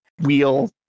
wheel